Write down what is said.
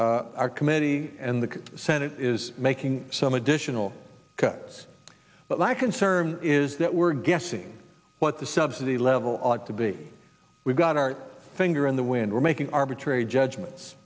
our committee in the senate is making some additional cuts but that concern is that we're guessing what the subsidy level ought to be we've got our finger in the wind we're making arbitrary judgements